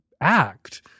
act